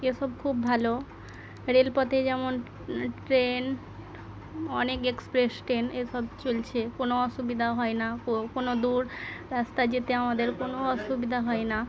এসব খুব ভালো রেলপথে যেমন ট্রেন অনেক এক্সপ্রেস ট্রেন এসব চলছে কোনো অসুবিধা হয় না কোনো দূর রাস্তায় যেতে আমাদের কোনো অসুবিধা হয় না